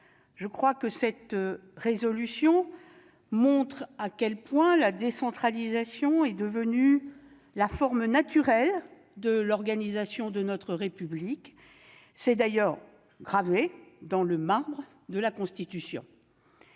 engagement. Ce texte montre à quel point la décentralisation est devenue la forme naturelle de l'organisation de notre République, principe d'ailleurs gravé dans le marbre de la Constitution.